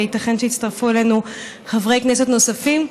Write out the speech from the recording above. וייתכן שיצטרפו אלינו חברי כנסת נוספים.